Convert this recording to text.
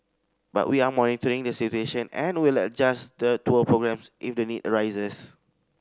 but we are monitoring the situation and will adjust the tour programmes if the need arises